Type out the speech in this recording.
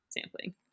sampling